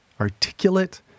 articulate